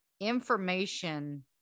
information